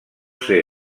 ser